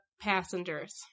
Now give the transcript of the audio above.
passengers